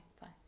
fine